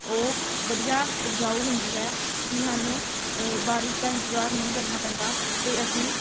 ਉਹ ਵਧੀਆ ਉਪਜਾਊ ਹੁੰਦੀ ਹੈ ਕਿ ਸਾਨੂੰ ਬਾਰਿਸ਼ ਦਾ ਇੰਤਜ਼ਾਰ ਨਹੀਂ ਕਰਨਾ ਪੈਂਦਾ ਅਤੇ ਅਸੀਂ